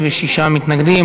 להירשם.